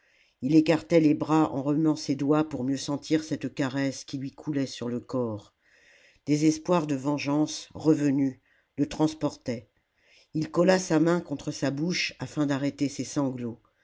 il écartait les bras en remuant ses doigts pour mieux sentir cette caresse qui lui coulait sur le corps des espoirs de vengeance revenus le transportaient ii colla sa main contre sa bouche afin d'arrêter ses sanglots